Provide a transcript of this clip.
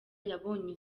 yabonye